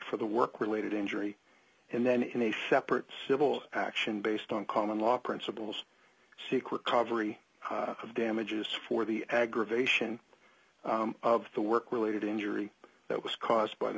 for the work related injury and then in a separate civil action based on common law principles seek recovery of damages for the aggravation of the work related injury that was caused by the